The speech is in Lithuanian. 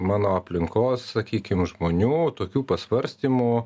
mano aplinkos sakykim žmonių tokių pasvarstymų